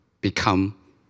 become